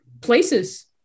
places